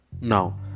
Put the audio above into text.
now